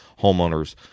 homeowners